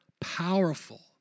Powerful